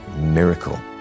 miracle